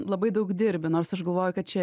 labai daug dirbi nors aš galvoju kad čia